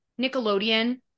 Nickelodeon